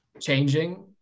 changing